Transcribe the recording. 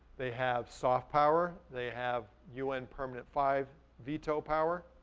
they have soft power, they have un permanent five veto power,